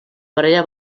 parella